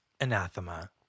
anathema